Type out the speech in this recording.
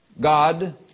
God